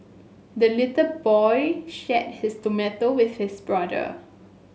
the little boy shared his tomato with his brother